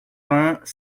vingt